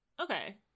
Okay